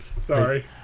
Sorry